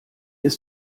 ist